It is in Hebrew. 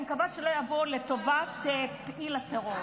אני מקווה שלא יבואו לטובת פעיל הטרור.